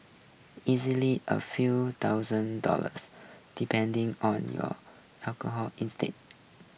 easily a few thousand dollars depending on your alcohol instead